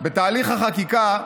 בתהליך החקיקה,